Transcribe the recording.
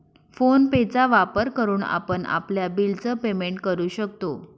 phone पे चा वापर करून आपण आपल्या बिल च पेमेंट करू शकतो